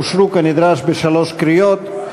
אושרו כנדרש בשלוש קריאות,